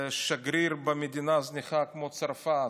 שגריר במדינה זניחה כמו צרפת,